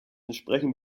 entsprechen